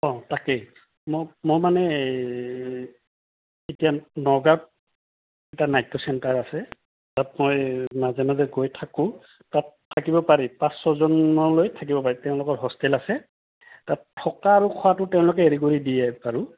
অঁ তাকেই মই মই মানে এতিয়া নগাঁও এটা নাট্য চেণ্টাৰ আছে তাত মই মাজে মাজে গৈ থাকোঁ তাত থাকিব পাৰি পাঁচ ছজনলৈ থাকিব পাৰি তেওঁলোকৰ হোষ্টেল আছে তাত থকা আৰু খোৱাটো তেওঁলোকে হেৰি কৰি দিয়ে বাৰু